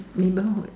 neighbourhood